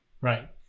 Right